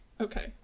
okay